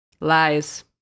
lies